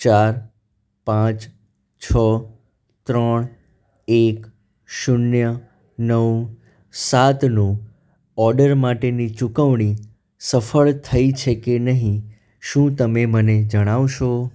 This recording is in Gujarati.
ચાર પાંચ છ ત્રણ એક શૂન્ય નવ સાતનું ઓડર માટેની ચૂકવણી સફળ થઈ છે કે નહીં શું તમે મને જણાવશો